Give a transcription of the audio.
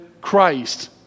Christ